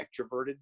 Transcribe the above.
extroverted